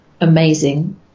amazing